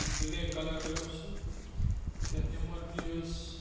black colour ٲس سُہ یَتھ ایم آر پی ٲس